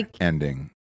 ending